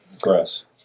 grass